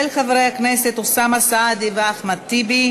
58 חברי כנסת בעד, אין מתנגדים,